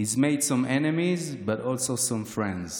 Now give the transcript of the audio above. / He's made some enemies, but also some friends.